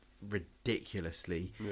ridiculously